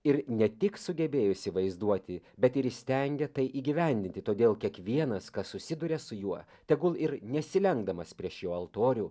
ir ne tik sugebėjo įsivaizduoti bet ir įstengė tai įgyvendinti todėl kiekvienas kas susiduria su juo tegul ir nesilenkdamas prieš jo altorių